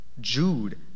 Jude